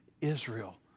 Israel